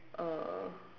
oh